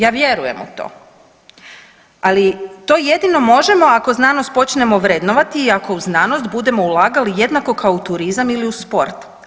Ja vjerujem u to, ali to jedino možemo ako znanost počnemo vrednovati i ako u znanost budemo ulagali jednako kao u turizam ili u sport.